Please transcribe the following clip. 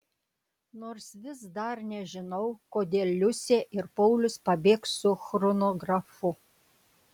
nors vis dar nežinau kodėl liusė ir paulius pabėgs su chronografu